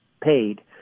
paid